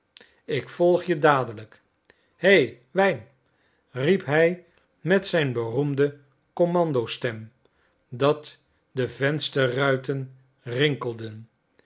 ik volg je dadelijk hei wijn riep hij met zijn beroemde commandostem dat de vensterruiten rinkelden